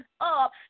up